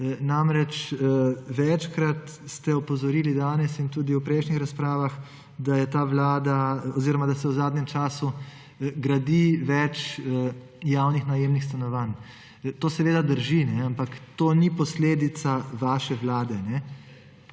Namreč, večkrat ste opozorili danes in tudi v prejšnjih razpravah, da je ta vlada oziroma da se v zadnjem času gradi več javnih najemnih stanovanj. To seveda drži, ampak to ni posledica vaše vlade.